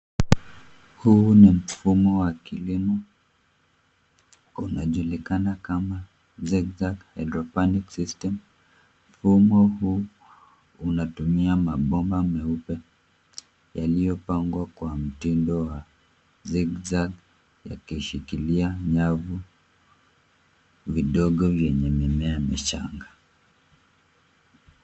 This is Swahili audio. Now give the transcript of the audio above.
Huu ni mfumo wa kilimo unajulikana kama Zigzag Hydropanic System Mfumo huu unatumia mabomba meupe yaliyopangwa kwa mtindo wa Zigzag yakishikilia nyavu vivogo vyenye mimea michanga.